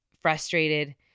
frustrated